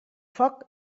foc